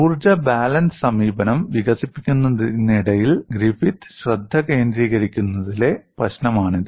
ഊർജ്ജ ബാലൻസ് സമീപനം വികസിപ്പിക്കുന്നതിനിടയിൽ ഗ്രിഫിത്ത് ശ്രദ്ധ കേന്ദ്രീകരിക്കുന്നതിലെ പ്രശ്നമാണിത്